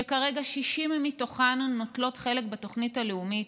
שכרגע 60 מהן נוטלות חלק בתוכנית הלאומית,